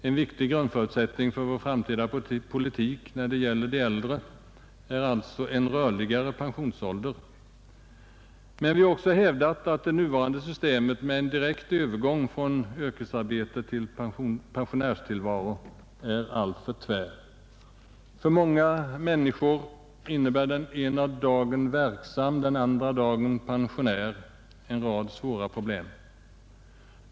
En viktig grundförutsättning för vår framtida politik när det gäller de äldre är alltså en rörligare pensionsålder. Men vi har också hävdat att en direkt övergång från yrkesarbete till pensionärstillvaro — enligt nuvarande system — är alltför tvär. För många människor innebär detta — den ena dagen verksam, den andra dagen pensionär — en rad svåra problem.